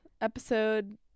episode